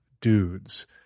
dudes